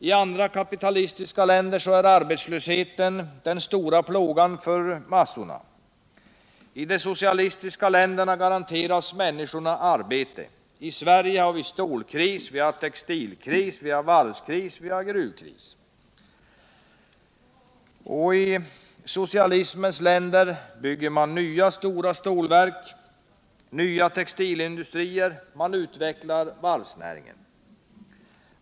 I andra kapitalistiska länder är arbetslösheten den stora plågan för massorna. I de socialistiska länderna garanteras människorna arbete. I Sverige har vi stålkris, textilkris, varvskris och gruvkris. I socialismens länder bygger man nya stora stålverk, nya textilindustrier och utvecklar varvsnäringen.